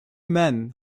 men